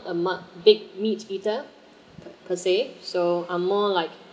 a much big meat eater per per se so I'm more like